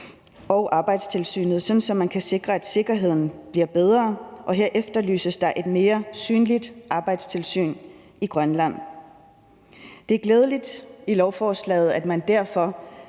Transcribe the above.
og Arbejdstilsynet, sådan at man kan sikre, at sikkerheden bliver bedre, og her efterlyses der er et mere synligt arbejdstilsyn i Grønland. Det er derfor også glædeligt, at man i